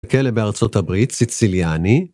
כלא בארצות הברית סיציליאני